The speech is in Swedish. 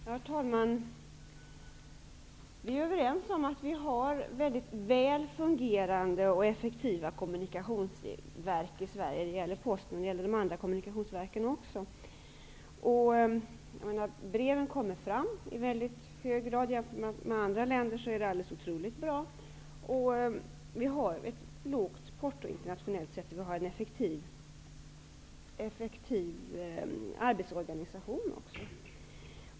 Herr talman! Vi är överens om att vi har mycket väl fungerande och effektiva kommunikationsverk i Sverige. Det gäller Posten, och det gäller de andra kommunikationsverken också. Breven kommer fram i mycket hög grad. Om vi jämför med andra länder är det alldeles otroligt bra. Vi har ett lågt porto internationellt sett. Vi har också en effektiv arbetsorganisation.